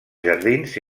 jardins